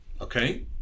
Okay